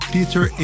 Peter